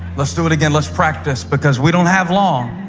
let's do it again. let's practice, because we don't have long.